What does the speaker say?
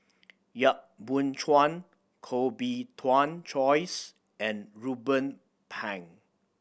Yap Boon Chuan Koh Bee Tuan Joyce and Ruben Pang